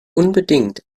unbedingt